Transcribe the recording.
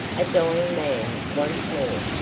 a dying man once more.